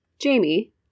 Jamie